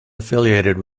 affiliated